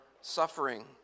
suffering